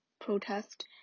protest